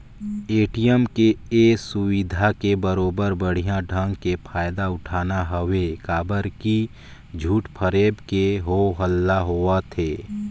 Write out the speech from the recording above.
ATM के ये सुबिधा के बरोबर बड़िहा ढंग के फायदा उठाना हवे काबर की झूठ फरेब के हो हल्ला होवथे